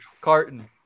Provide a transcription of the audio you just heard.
Carton